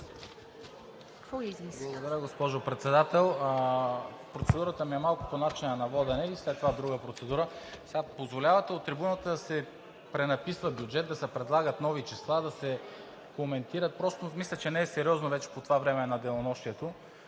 Благодаря, госпожо Председател. Процедурата ми е малко по начина на водене и след това друга процедура. Позволявате от трибуната да се пренаписва бюджет, да се предлагат нови числа, да се коментират. Мисля, че не е сериозно вече по това време на денонощието